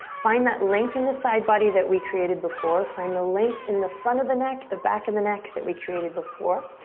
find that length in the side body that we created before. find the length in the front of the neck, the back of the neck, that we created before.